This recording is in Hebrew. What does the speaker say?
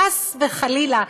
חס וחלילה,